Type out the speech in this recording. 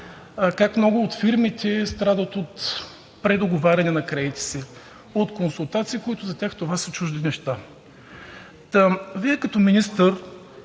как много от фирмите страдат от предоговаряне на кредитите си, от консултации, което за тях това са чужди неща. Вие като министър